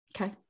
okay